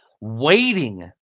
waiting